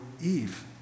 Eve